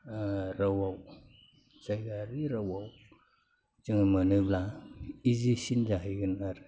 रावआव जायगायारि रावआव जोङो मोनोब्ला इजिसिन जाहैगोन आरो